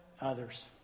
Others